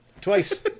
Twice